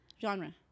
Genre